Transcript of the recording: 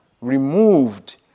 removed